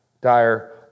Dire